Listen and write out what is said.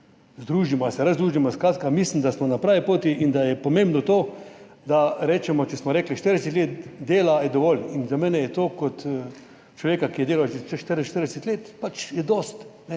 združimo oziroma res združimo. Skratka, mislim, da smo na pravi poti in da je pomembno to, da rečemo, če smo rekli, 40 let dela je dovolj. Za mene, kot človeka, ki je delal že čez 40 let, je to